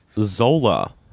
Zola